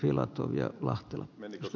filatovia lahtela käymme